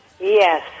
Yes